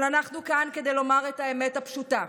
אבל אנחנו כאן כדי לומר את האמת הפשוטה.